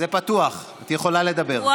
זה פתוח, את יכולה לדבר.